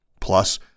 Plus